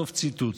סוף ציטוט.